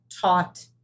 taught